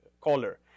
caller